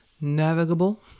navigable